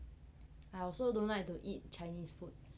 I also don't like to eat chinese food